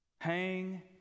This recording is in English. Hang